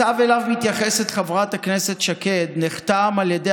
הצו שאליו מתייחסת חברת הכנסת שקד נחתם על ידי